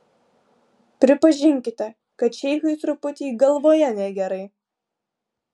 pripažinkite kad šeichui truputį galvoje negerai